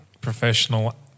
professional